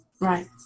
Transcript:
right